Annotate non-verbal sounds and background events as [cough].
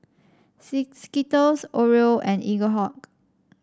[unintelligible] Skittles Oreo and Eaglehawk